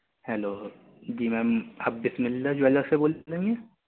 hello جی ma'am آپ Bismillah jeweller سے بول رہی ہیں